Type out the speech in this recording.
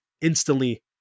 instantly